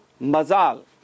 mazal